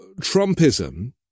Trumpism